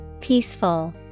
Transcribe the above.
Peaceful